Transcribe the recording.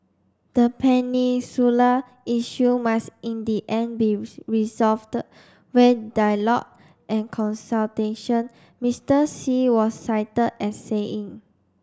the peninsula issue must in the end be via dialogue and consultation Mister Xi was cited as saying